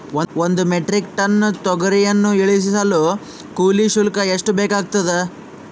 ಒಂದು metric ton ತೊಗರಿಯನ್ನು ಇಳಿಸಲು ಕೂಲಿ ಶುಲ್ಕ ಎಷ್ಟು ಬೇಕಾಗತದಾ?